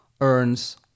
earns